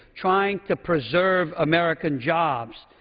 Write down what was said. trying to preserve american jobs.